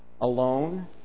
Alone